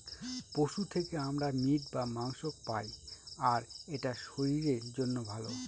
পশু থেকে আমরা মিট বা মাংস পায়, আর এটা শরীরের জন্য ভালো